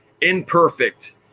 imperfect